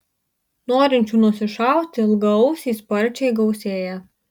norinčių nusišauti ilgaausį sparčiai gausėja